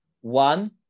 one